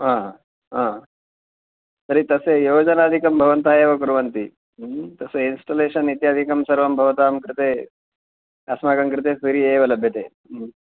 तर्हि तस्य योजनादिकं भवन्तः एव कुर्वन्ति तस्य इन्स्टालेशन् सर्वं भवतां कृते अस्माकं कृते फ़्री एव लभ्यते